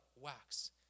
wax